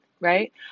right